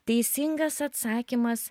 teisingas atsakymas